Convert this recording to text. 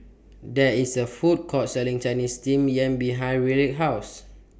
There IS A Food Court Selling Chinese Steamed Yam behind Ryleigh's House